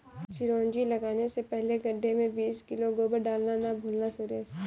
चिरौंजी लगाने से पहले गड्ढे में बीस किलो गोबर डालना ना भूलना सुरेश